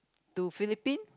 to Philippines